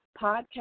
podcast